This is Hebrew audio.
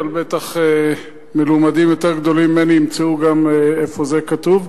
אבל בטח מלומדים יותר גדולים ממני ימצאו גם איפה זה כתוב.